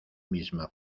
misma